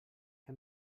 què